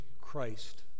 Christ